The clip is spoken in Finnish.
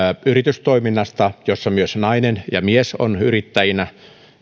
yritystoiminnasta jossa nainen tai mies on yrittäjänä